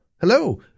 hello